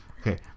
Okay